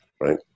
Right